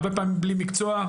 הרבה פעמים בלי מקצוע,